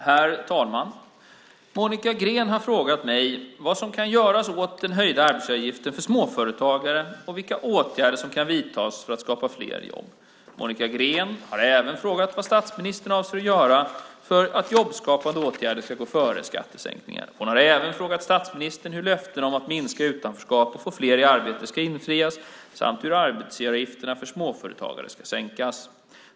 Herr talman! Monica Green har frågat mig vad som kan göras åt den höjda arbetsgivaravgiften för småföretagare och vilka åtgärder som kan vidtas för att skapa fler jobb. Monica Green har även frågat vad statsministern avser att göra för att jobbskapande åtgärder ska gå före skattesänkningar. Hon har även frågat statsministern hur löftena om att minska utanförskapet och få fler i arbete ska infrias samt hur arbetsgivaravgifterna för småföretagare ska sänkas.